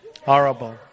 Horrible